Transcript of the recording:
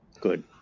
Good